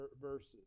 verses